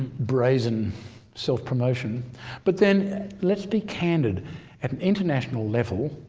brazen self-promotion but then let's be candid. at an international level